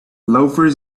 loafers